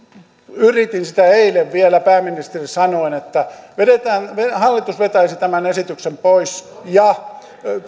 yritin sitä eilen vielä pääministerille sanoin että hallitus vetäisi tämän esityksen pois ja